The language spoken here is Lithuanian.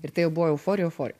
ir tai jau buvo euforija euforija